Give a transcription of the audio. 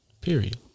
Period